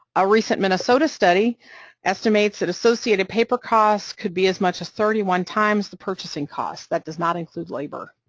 a recent minnesota study estimates that associated paper costs could be as much as thirty one times the purchasing cost, that does not include labor.